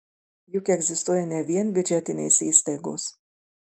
juk egzistuoja ne vien biudžetinės įstaigos